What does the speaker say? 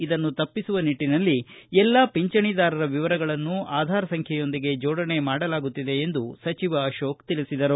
ಇದನ್ನು ತಪ್ಪಿಸುವ ನಿಟ್ಟಿನಲ್ಲಿ ಎಲ್ಲಾ ಪಿಂಚಣಿದಾರ ವಿವರಗಳನ್ನು ಆಧಾರ್ ಸಂಖ್ಯೆಯೊಂದಿಗೆ ಜೋಡಣೆ ಮಾಡಲಾಗುತ್ತಿದೆ ಎಂದು ಸಚಿವ ಅಶೋಕ ತಿಳಿಸಿದರು